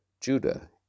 Judah